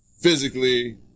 Physically